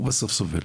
הוא בסוף סובל.